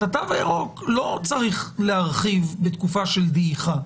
את התו הירוק לא צריך להרחיב בתקופה של דעיכה.